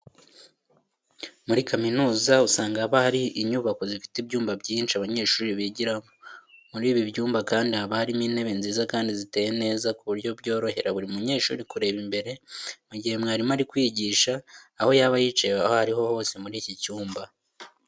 Muri kaminuza usanga haba hari inyubako zifite ibyumba byiza abanyeshuri bigiramo. Muri ibi byumba kandi haba harimo intebe nziza kandi ziteye neza ku buryo byorohera buri munyeshuri kureba imbere mu gihe mwarimu ari kwigisha aho yaba yicaye aho ari hose muri iki cyumba.